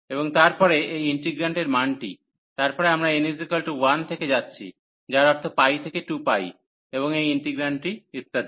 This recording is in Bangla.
এবং তারপরে এই ইন্টিগ্রান্ট এবং মানটি তারপরে আমরা n 1 থেকে যাচ্ছি যার অর্থ π থেকে 2π এবং এই ইন্টিগ্রান্টটি ইত্যাদি